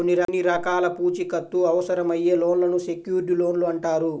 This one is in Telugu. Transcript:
కొన్ని రకాల పూచీకత్తు అవసరమయ్యే లోన్లను సెక్యూర్డ్ లోన్లు అంటారు